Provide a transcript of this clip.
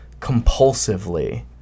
compulsively